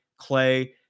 Clay